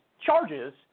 charges